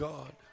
God